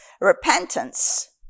repentance